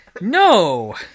No